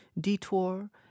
detour